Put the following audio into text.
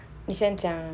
你先讲啦